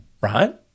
right